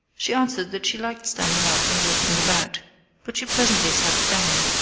she answered that she liked standing up and walking about but she presently sat down.